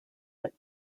but